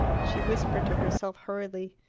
she whispered to herself hurriedly.